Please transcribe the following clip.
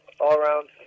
all-around